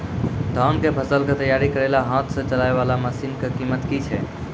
धान कऽ फसल कऽ तैयारी करेला हाथ सऽ चलाय वाला मसीन कऽ कीमत की छै?